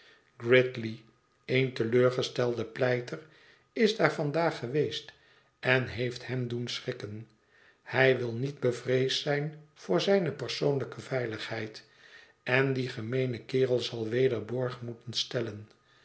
gridley een te leur gesteld pleiter is daar vandaag geweest en heeft hem doen schrikken hij wil niet bevreesd zijn voor zijne persoonlijke veiligheid en die gemeene kerel zal weder borg moeten stellen